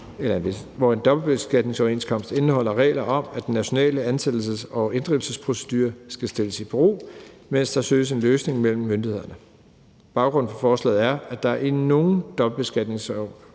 hvor en dobbeltbeskatningsoverenskomst indeholder regler om, at den nationale ansættelses- og inddrivelsesprocedure skal stilles i bero, mens der søges en løsning mellem myndighederne. Baggrunden for forslaget er, at der i nogle dobbeltbeskatningsoverenskomster